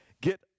get